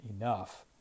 enough